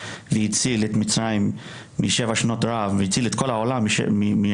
והציל את מצרים משבע שנות רעב והציל את כל העולם רעב,